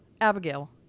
Abigail